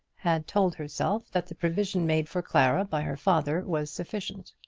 had told herself that the provision made for clara by her father was sufficient.